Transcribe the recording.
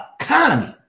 economy